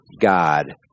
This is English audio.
God